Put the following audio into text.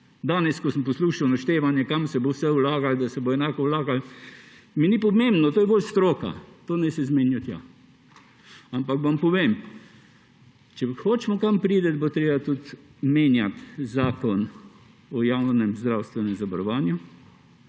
danes poslušal naštevanje, kam se bo vse vlagalo, da se bo enako vlagalo, mi ni pomembno, to je bolj stroka, to naj se zmenijo. Ampak vam povem, če hočemo kam priti, bo treba tudi menjati zakon o javnem zdravstvenem zavarovanju,